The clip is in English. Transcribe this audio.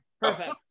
perfect